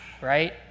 right